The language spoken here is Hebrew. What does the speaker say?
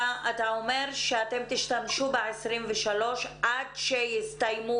אתה אומר שאתם תשתמשו ב-23 מיליארד עד שיסתיימו